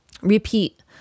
repeat